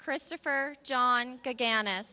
christopher john ghana